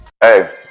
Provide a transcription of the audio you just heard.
hey